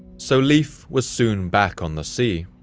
so, leif was soon back on the sea,